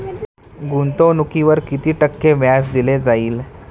गुंतवणुकीवर किती टक्के व्याज दिले जाईल?